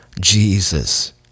Jesus